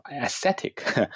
aesthetic